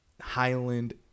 Highland